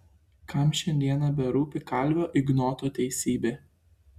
kam šiandieną berūpi kalvio ignoto teisybė